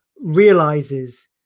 realizes